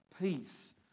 peace